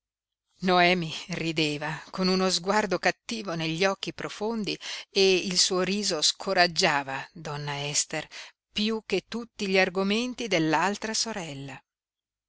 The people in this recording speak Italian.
noemi rideva con uno sguardo cattivo negli occhi profondi e il suo riso scoraggiava donna ester piú che tutti gli argomenti dell'altra sorella